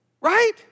right